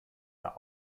der